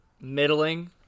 Middling